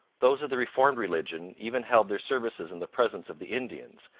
those of the reformed religion even held their services in the presence of the indians,